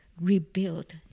rebuild